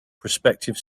prospective